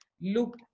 look